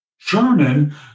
German